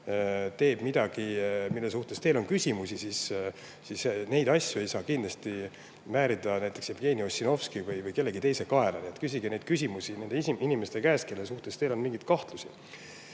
teeb midagi, mille kohta teil on küsimusi – neid asju ei saa kindlasti määrida Jevgeni Ossinovski või kellegi teise kaela. Küsige neid küsimusi nende inimeste käest, kelle suhtes teil on mingeid kahtlusi.